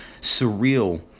surreal